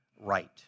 right